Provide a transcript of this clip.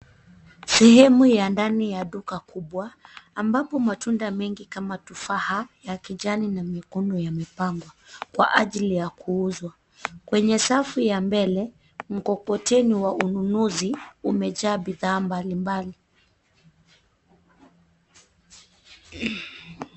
Sehemu ya ndani ya duka kubwa ambapo matunda mengi kama tufaha ya kijani na nyekundu yamepangwa kwa ajili ya kuuzwa. Kwenye safu ya mbele mkokoteni wa ununuzi umejaa bidhaa mbalimbali.